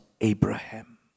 Abraham